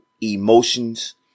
emotions